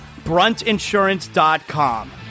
BruntInsurance.com